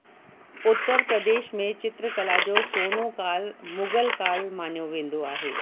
उत्तर प्रदेश में चित्रकला जो सोनो काल मुगल काल मञियो वेंदो आहे